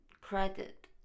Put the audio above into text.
Credit